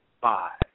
Five